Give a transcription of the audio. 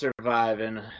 surviving